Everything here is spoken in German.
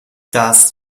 das